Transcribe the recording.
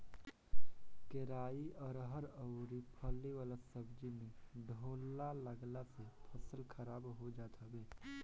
केराई, अरहर अउरी फली वाला सब्जी में ढोला लागला से फसल खराब हो जात हवे